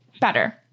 better